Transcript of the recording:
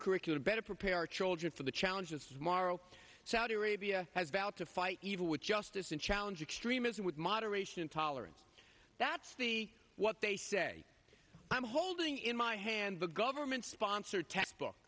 curriculum better prepare our children for the challenges morrow saudi arabia has vowed to fight evil with justice and challenge extremism with moderation and tolerance that's the what they say i'm holding in my hand the government sponsored textbook